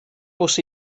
bws